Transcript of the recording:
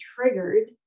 triggered